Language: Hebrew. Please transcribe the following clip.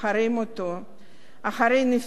אחרי נפילת מסך הברזל.